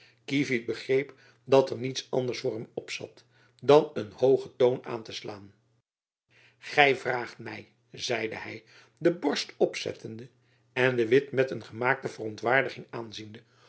kievit begreep dat er niets anders voor hem opzat dan een hoogen toon aan te slaan gy vraagt my zeide hy de borst opzettende en de witt met een gemaakte verontwaardiging aanziende